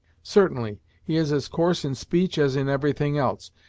certainly, he is as coarse in speech as in everything else.